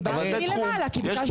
דיברתי מלמעלה, כי ביקשתי לדבר מלמעלה.